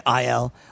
IL